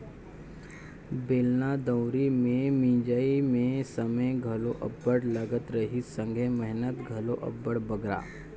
बेलना दउंरी मे मिंजई मे समे घलो अब्बड़ लगत रहिस संघे मेहनत घलो अब्बड़ बगरा